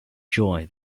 joy